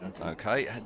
Okay